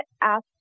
ask